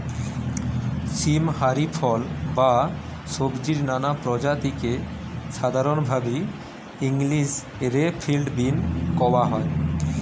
সীম হারি ফল বা সব্জির নানা প্রজাতিকে সাধরণভাবি ইংলিশ রে ফিল্ড বীন কওয়া হয়